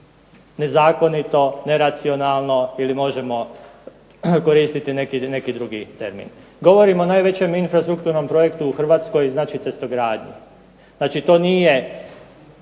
Nezakonito, neracionalno ili možemo koristiti neki drugi termin. Govorim o najvećem infrastrukturnom projektu u Hrvatskoj, znači cestogradnji. Znači, to nije